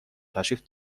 تشریف